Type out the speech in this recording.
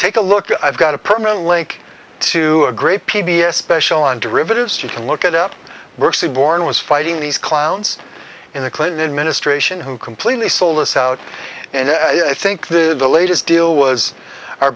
take a look i've got a permanent link to a great p b s special on derivatives you can look it up work seaborne was fighting these clowns in the clinton administration who completely sold us out and i think the the latest deal was our